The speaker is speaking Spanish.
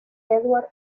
eduard